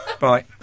Bye